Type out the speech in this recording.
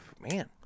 man